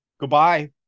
goodbye